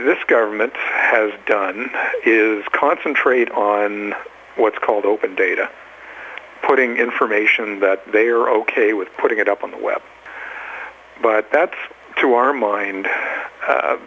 this government has done is concentrate on what's called open data putting information that they are ok with putting it up on the web but that's to our mind